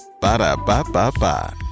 Ba-da-ba-ba-ba